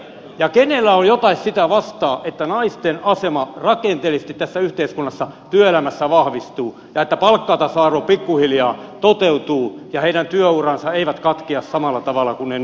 ja kenellä on jotain sitä vastaan että naisten asema rakenteellisesti tässä yhteiskunnassa työelämässä vahvistuu ja että palkkatasa arvo pikkuhiljaa toteutuu ja heidän työuransa eivät katkea samalla tavalla kuin ne nyt katkeavat